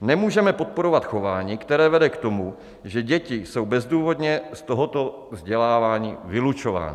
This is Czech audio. Nemůžeme podporovat chování, které vede k tomu, že děti jsou bezdůvodně z tohoto vzdělávání vylučovány.